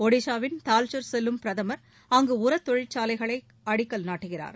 ஒடிசாவின் தால்ச்சர் செல்லும் பிரதமர் அங்கு உரத் தொழிற்சாலைக்கான அடிக்கலை நாட்டுகிறார்